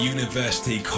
University